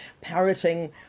parroting